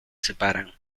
separan